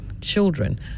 Children